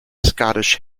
scottish